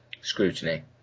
scrutiny